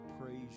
praise